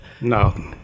no